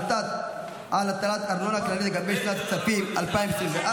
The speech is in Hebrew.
החלטה על הטלת ארנונה כללית לגבי שנת הכספים 2024),